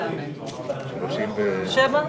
שיש בו